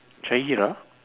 Shaheera